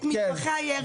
את מטווחי הירי.